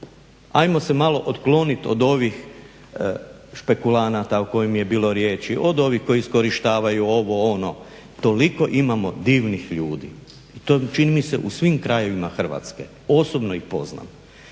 ajmo se malo otkloniti od ovih špekulanata o kojima je bilo riječi, o ovih koji iskorištavaju ovo ono. Toliko imamo divnih ljudi i to čini mi se u svim krajevima Hrvatske, osobno ih poznam.